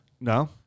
No